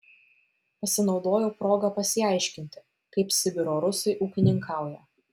pasinaudojau proga pasiaiškinti kaip sibiro rusai ūkininkauja